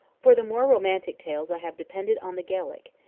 for the more romantic tales i have depended on the gaelic,